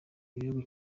ibihugu